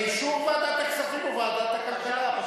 ועדת הכספים או ועדת הכלכלה.